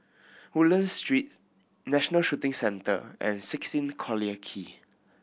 Woodlands Street National Shooting Centre and sixteen Collyer Quay